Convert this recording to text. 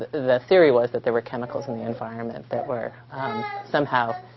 the theory was that there were chemicals in the environment that were somehow